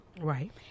Right